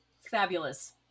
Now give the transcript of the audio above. Fabulous